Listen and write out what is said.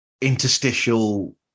interstitial